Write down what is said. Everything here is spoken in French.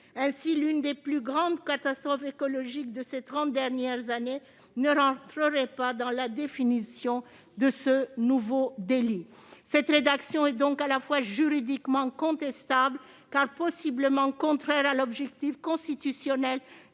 Ainsi, l'une des plus grandes catastrophes écologiques de ces trente dernières années n'entrerait pas dans la définition de ce nouveau délit. Cette rédaction est donc à la fois juridiquement contestable, car possiblement contraire à l'objectif constitutionnel